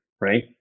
right